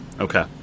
Okay